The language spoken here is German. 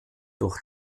durch